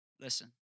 listen